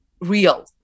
real